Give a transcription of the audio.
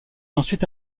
ensuite